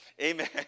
Amen